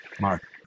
mark